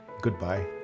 Goodbye